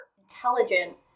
intelligent